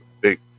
big